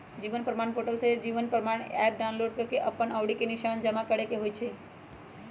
जीवन प्रमाण पोर्टल से जीवन प्रमाण एप डाउनलोड कऽ के अप्पन अँउरी के निशान जमा करेके होइ छइ